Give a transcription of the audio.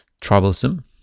troublesome